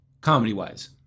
comedy-wise